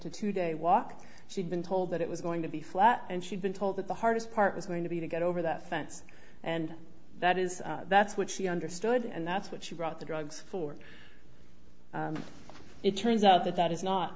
today walk she'd been told that it was going to be flat and she'd been told that the hardest part was going to be to get over that fence and that is that's what she understood and that's what she brought the drugs for it turns out that that is not